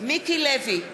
מיקי לוי,